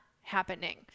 happening